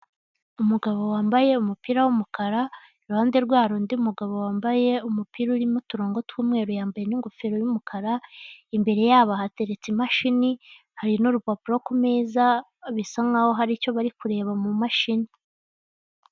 Umugabo wambaye umupira w'umukara, iruhande rwe hari undi mugabo wambaye umupira urimo uturongo tw'umweru, yambaye n'ingofero y'umukara, imbere yabo hateretse imashini hari nurupapuro kumeza bisa nkaho hari icyo bari kureba mu mumashini.